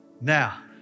Now